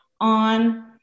on